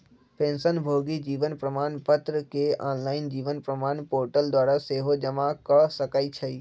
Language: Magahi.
पेंशनभोगी जीवन प्रमाण पत्र के ऑनलाइन जीवन प्रमाण पोर्टल द्वारा सेहो जमा कऽ सकै छइ